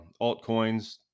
altcoins